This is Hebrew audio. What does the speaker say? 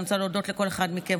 אני רוצה להודות לכל אחד מכם,